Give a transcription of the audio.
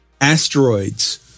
asteroids